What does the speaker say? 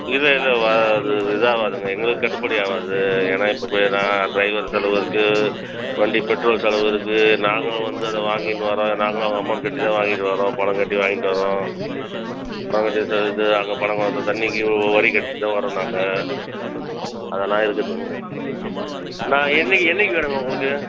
இல்லை இல்லை அது இதாவாதுங்க எங்களுக்கு கட்டுப்படி ஆவாது ஏன்னா இப்போ போய் ட்ரைவர் செலவு இருக்கு வண்டிக்கு பெட்ரோல் செலவு இருக்கு நாங்களும் வந்து அதை வாங்கி இங்கே வர நாங்களும் அமௌன்ட் கட்டி தான் வாங்கிகிட்டு வரோம் பணங்கட்டி வாங்கிட்டு வரோம் அங்கே இது அங்கே தண்ணிக்கு வரி கட்டிகிட்டு தான் வரோம் நாங்கள் அதெல்லாம் இருக்குதுங்க நாங்கள் என்னைக்கு என்னைக்கு வரனும் உங்களுக்கு